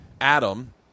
Adam